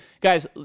guys